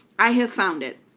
i have found it,